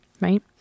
right